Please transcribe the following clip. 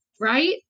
Right